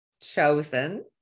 chosen